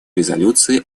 резолюции